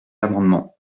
amendement